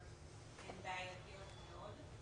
אבל הן בעייתיות מאוד.